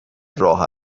راه